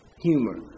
humor